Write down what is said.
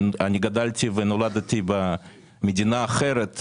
אני גדלתי ונולדתי במדינה אחרת,